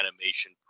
animation